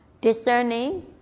discerning